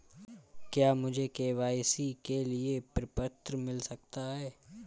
क्या मुझे के.वाई.सी के लिए प्रपत्र मिल सकता है?